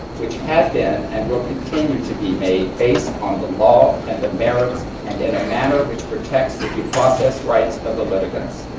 which have been and will continue to be made based on the law and the merits and in a manner which protects the due process rights of the litigants.